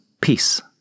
peace